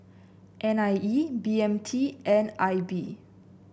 N I E B M T and I B